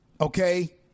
Okay